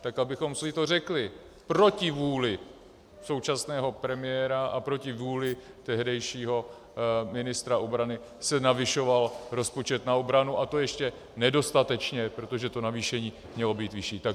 Tak abychom si to řekli proti vůli současného premiéra a proti vůli tehdejšího ministra obrany se navyšoval rozpočet na obranu, a to ještě nedostatečně, protože to navýšení mělo být vyšší.